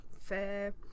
fair